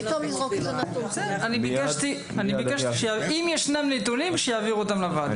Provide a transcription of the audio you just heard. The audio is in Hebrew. אם ישנם נתונים, שיעבירו אותם לוועדה.